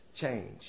change